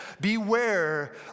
Beware